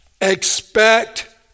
Expect